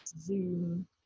zoom